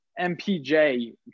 MPJ